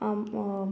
आम